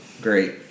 great